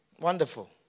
Wonderful